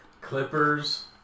Clippers